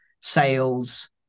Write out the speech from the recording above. sales